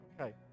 Okay